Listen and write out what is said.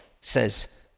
says